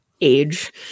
age